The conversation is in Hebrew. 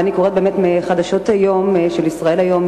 ואני קוראת מחדשות היום של "ישראל היום",